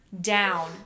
down